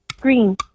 Green